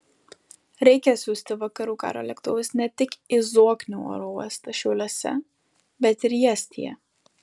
reikia siųsti vakarų karo lėktuvus ne tik į zoknių oro uostą šiauliuose bet ir į estiją